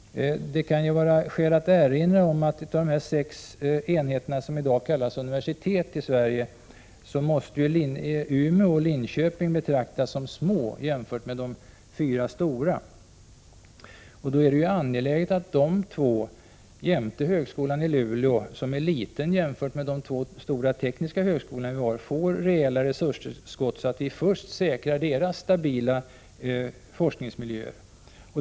Det kan vara skäl att erinra om att av de sex enheter som i dag kallas universitet i Sverige måste Umeå och Linköping betraktas som små, jämfört med de fyra stora. Då är det angeläget att dessa två, jämte högskolan i Luleå, som är liten jämfört med de två stora tekniska högskolorna, får rejäla tillskott, så att vi först där säkrar en stabil forskningsmiljö.